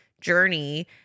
journey